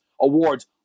awards